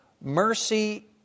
Mercy